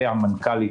והמנכ"לית,